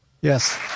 yes